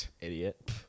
idiot